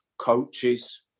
coaches